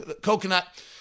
coconut